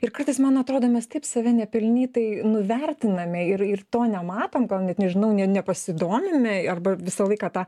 ir kartais man atrodo mes taip save nepelnytai nuvertiname ir ir to nematom gal net nežinau nepasidomime arba visą laiką tą